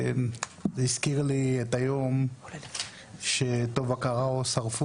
זה הזכיר לי את היום ששרפו את טובה קררו,